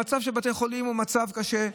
המצב של בתי החולים הוא מצב קשה,